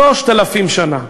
3,000 שנה.